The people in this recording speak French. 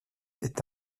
est